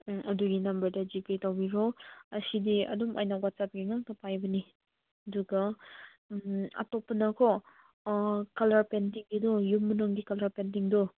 ꯎꯝ ꯑꯗꯨꯒꯤ ꯅꯝꯕꯔꯗ G pay ꯇꯧꯕꯤꯔꯣ ꯑꯁꯤꯗꯤ ꯑꯗꯨꯝ ꯑꯩꯅ ꯋꯥꯆꯞꯀꯤ ꯉꯥꯛꯇ ꯄꯥꯏꯕꯅꯤ ꯑꯗꯨꯒ ꯑꯇꯣꯞꯄꯅꯀꯣ ꯀꯂꯔ ꯄꯦꯟꯇꯤꯡꯒꯤꯗꯨ ꯌꯨꯝ ꯃꯅꯨꯡꯒꯤ ꯀꯂꯔ ꯄꯦꯟꯇꯤꯡꯗꯨ